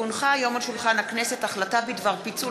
כי הונחה היום על שולחן הכנסת החלטה בדבר פיצול